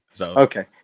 okay